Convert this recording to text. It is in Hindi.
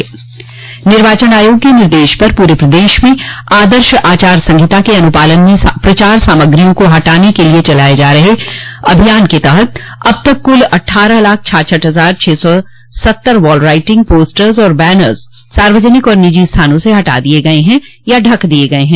निर्वाचन आयोग के निर्देश पर पूरे प्रदेश में आदर्श आचार संहिता के अनुपालन में प्रचार सामग्रियों को हटाने के लिए चलाये जा रहे अभियान के तहत अब तक कुल अटठारह लाख छाछठ हजार छह सौ सत्तर वॉल राइटिंग पोस्टर्स और बैनस सार्वजनिक और निजी स्थानों से हटा दिये गये हैं या ढक दिये गये हैं